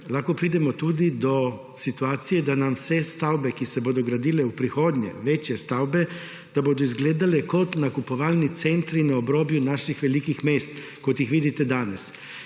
lahko pridemo tudi do situacije, da bodo vse stavbe, ki se bodo gradile v prihodnje, večje stavbe, izgledale kot nakupovalni centri na obrobju naših velikih mest, kot jih vidite danes.